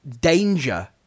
danger